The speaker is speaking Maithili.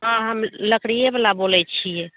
हँ हम लकड़िए बाला बोलै छी